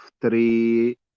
three